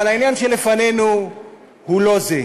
אבל העניין שלפנינו הוא לא זה.